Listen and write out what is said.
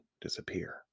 disappear